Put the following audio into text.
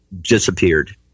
disappeared